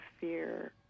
fear